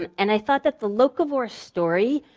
um and i thought that the locavore story,